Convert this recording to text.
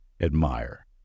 admire